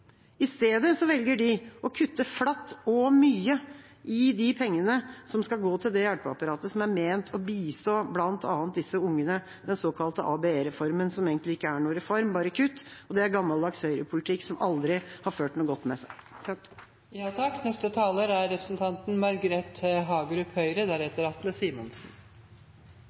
I stedet velger de å kutte flatt og mye i de pengene som skal gå til det hjelpeapparatet som er ment å bistå bl.a. disse unge, den såkalte ABE-reformen, som egentlig ikke er noen reform, bare kutt. Det er gammeldags høyrepolitikk, som aldri har ført noe godt med seg. Lav ledighet og høy sysselsetting er